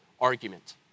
argument